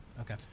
Okay